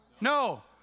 No